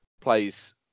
plays